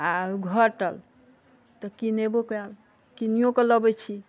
आओर घटल तऽ कीनेबो कयल किनियो कऽ लबै छी